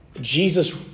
Jesus